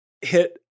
hit